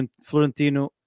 Florentino